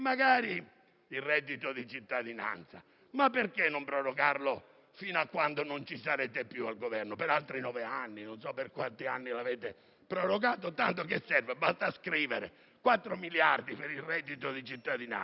il reddito di cittadinanza. Ma perché non prorogarlo fino a quando non sarete più al Governo? Per altri nove anni o non so per quanti anni l'avete prorogato. Tanto a che serve? Basta scrivere: 4 miliardi per il reddito di cittadinanza.